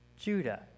Judah